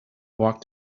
walked